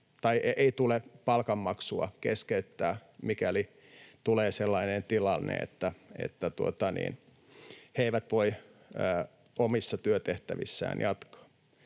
tule myöskään palkanmaksua keskeyttää, mikäli tulee sellainen tilanne, että he eivät voi omissa työtehtävissään jatkaa.